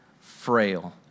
frail